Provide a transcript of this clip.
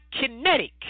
kinetic